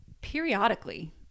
periodically